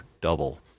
double